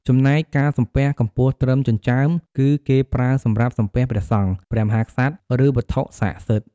ចំណែកការសំពះកម្ពស់ត្រឹមចិញ្ចើម គឺគេប្រើសម្រាប់សំពះព្រះសង្ឃ ព្រះមហាក្សត្រ ឬវត្ថុស័ក្តិសិទ្ធិ។